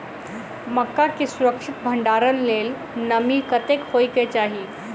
मक्का केँ सुरक्षित भण्डारण लेल नमी कतेक होइ कऽ चाहि?